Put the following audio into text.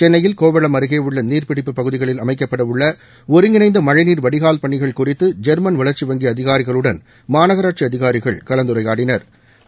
சென்னையில் கோவளம் அருகே உள்ள நீர்பிடிப்பு பகுதிகளில் அமைக்கப்பட உள்ள ஒருங்கிணைந்த மழைநீர் வடிகால் பணிகள் குறித்து ஜெர்மன் வளர்ச்சி வங்கி அதிகாரிகளுடன் மாநகராட்சி அதிகாரிகள் கலந்துரையாடினா்